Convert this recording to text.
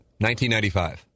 1995